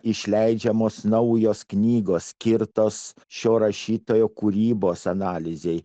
išleidžiamos naujos knygos skirtos šio rašytojo kūrybos analizei